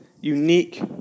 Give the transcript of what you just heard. unique